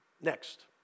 Next